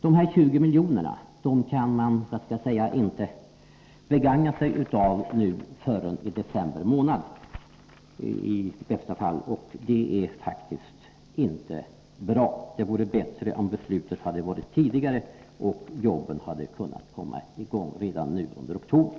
Dessa 20 miljoner kan man inte begagna sig av förrän i december månad, i bästa fall, och det är faktiskt inte bra. Det hade varit bättre om beslutet kommit tidigare och jobben hade kunnat komma i gång redan under oktober.